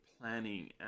planning